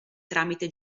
tramite